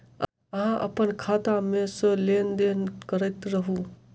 अहाँ अप्पन खाता मे सँ लेन देन करैत रहू?